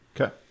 Okay